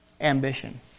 Ambition